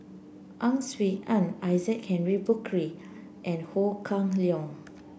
Ang Swee Aun Isaac Henry Burkill and Ho Kah Leong